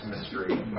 mystery